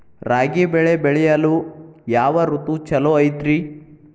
ರಾಗಿ ಬೆಳೆ ಬೆಳೆಯಲು ಯಾವ ಋತು ಛಲೋ ಐತ್ರಿ?